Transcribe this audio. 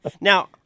Now